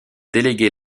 déléguer